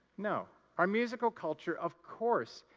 no. our musical culture, of course,